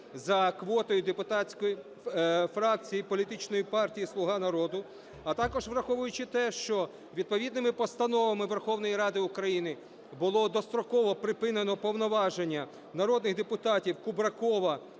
за квотою депутатської фракції політичної партії "Слуга народу", а також враховуючи те, що відповідними постановами Верховної Ради України було достроково припинено повноваження народних депутатів Кубракова